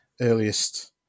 earliest